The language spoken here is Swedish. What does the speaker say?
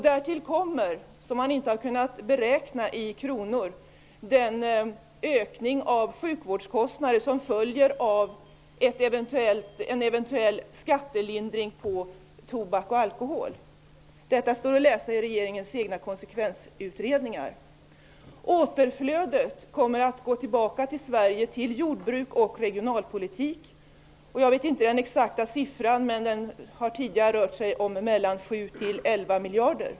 Därtill kommer, som man inte har kunnat beräkna i kronor, den ökning av sjukvårdskostnaderna som följer av en eventuell skattelindring på tobak och alkohol. Detta står att läsa i regeringens egna konsekvensutredningar. Återflödet till Sverige kommer att gå till jordbruk och regionalpolitik. Jag vet inte den exakta siffran men det har tidigare rört sig om mellan 7 och 11 miljarder.